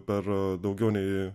per daugiau nei